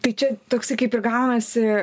tai čia toksai kaip ir gaunasi